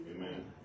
Amen